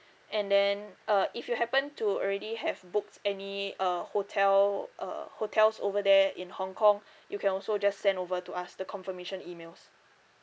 and then uh if you happen to already have booked any uh hotel uh hotels over there in hong kong you can also just send over to us the confirmation emails